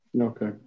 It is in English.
Okay